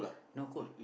not cold